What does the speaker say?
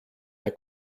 der